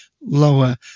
lower